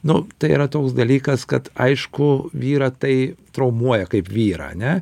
nu tai yra toks dalykas kad aišku vyrą tai traumuoja kaip vyrą ane